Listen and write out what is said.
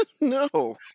no